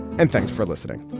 and thanks for listening